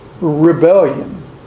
rebellion